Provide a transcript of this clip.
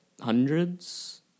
Hundreds